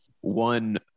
one